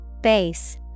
Base